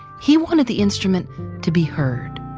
he wanted the instrument to be heard,